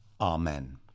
Amen